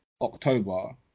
October